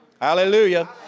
Hallelujah